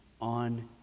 on